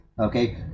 Okay